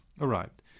arrived